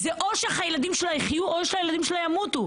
זה או שהילדים שלה יחיו או שילדים שלה ימותו.